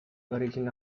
origin